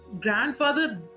Grandfather